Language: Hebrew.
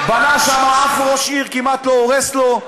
אדם בנה שם אף ראש עיר כמעט לא הורס לו.